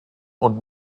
und